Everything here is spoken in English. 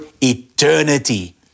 eternity